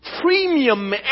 premium